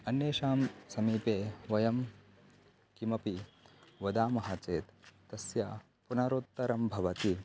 अन्येषां समीपे वयं किमपि वदामः चेत् तस्य पुनरुत्तरं भवति